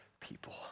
people